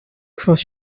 cross